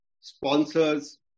sponsors